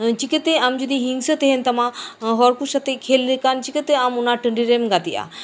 ᱪᱤᱠᱟᱛᱮ ᱟᱢ ᱡᱚᱫᱤ ᱦᱤᱝᱥᱟᱹ ᱛᱟᱦᱮᱱ ᱛᱟᱢᱟ ᱦᱚᱲ ᱠᱚ ᱥᱟᱛᱮᱜ ᱠᱷᱮᱞ ᱞᱮᱠᱷᱟᱱ ᱪᱤᱠᱟᱹᱛᱮ ᱚᱱᱟ ᱴᱟᱺᱰᱤᱨᱮᱢ ᱜᱟᱛᱮᱜᱼᱟ